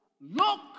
look